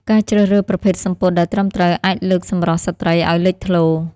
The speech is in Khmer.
ការជ្រើសរើសប្រភេទសំពត់ដែលត្រឹមត្រូវអាចលើកសម្រស់ស្ត្រីអោយលេចធ្លោ។